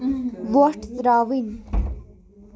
وۄٹھ ترٛاوٕنۍ